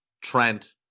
Trent